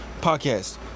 podcast